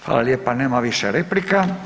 Hvala lijepa, nema više replika.